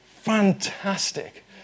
fantastic